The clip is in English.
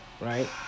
right